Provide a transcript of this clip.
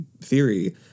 theory